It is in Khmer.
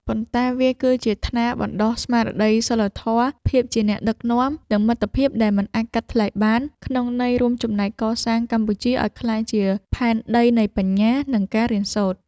ប៉ុន្តែវាគឺជាថ្នាលបណ្តុះស្មារតីសីលធម៌ ភាពជាអ្នកដឹកនាំ និងមិត្តភាពដែលមិនអាចកាត់ថ្លៃបាន ក្នុងន័យរួមចំណែកកសាងកម្ពុជាឱ្យក្លាយជា ដែនដីនៃបញ្ញា និងការរៀនសូត្រ។